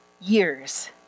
years